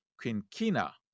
quinquina